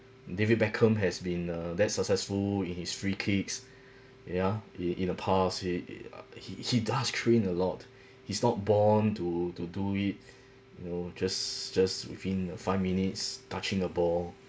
david beckham has been uh that successful in his free kicks ya in in the past he he uh he he does train a lot he's not born to to do it you know just just within uh five minutes touching a ball